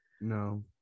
No